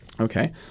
Okay